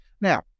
now